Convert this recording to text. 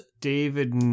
David